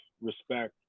respect